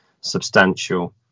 substantial